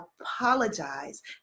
apologize